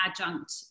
adjunct